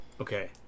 Okay